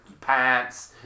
pants